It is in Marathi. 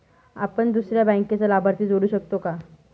आपण दुसऱ्या बँकेचा लाभार्थी जोडू शकतो का?